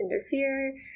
interfere